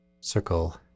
circle